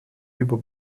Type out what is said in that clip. über